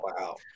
wow